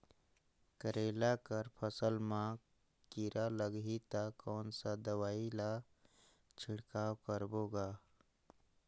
करेला कर फसल मा कीरा लगही ता कौन सा दवाई ला छिड़काव करबो गा?